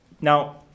Now